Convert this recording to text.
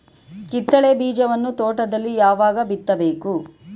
ಕಿತ್ತಳೆ ಬೀಜವನ್ನು ತೋಟದಲ್ಲಿ ಯಾವಾಗ ಬಿತ್ತಬೇಕು?